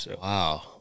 Wow